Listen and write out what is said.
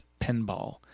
pinball